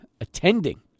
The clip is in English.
attending